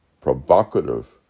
provocative